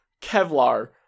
Kevlar